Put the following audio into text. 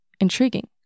Intriguing